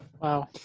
wow